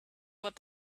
what